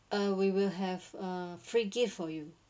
uh we will have a free gift for you